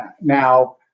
now